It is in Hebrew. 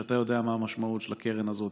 ואתה יודע מה המשמעות של הקרן הזאת,